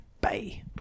Bye